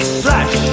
flash